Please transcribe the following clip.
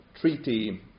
Treaty